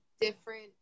different